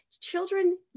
children